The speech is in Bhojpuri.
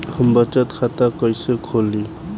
हम बचत खाता कइसे खोलीं?